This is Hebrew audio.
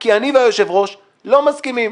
כי אני לא יושב-ראש, לא מסכימים.